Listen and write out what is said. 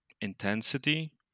intensity